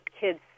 kids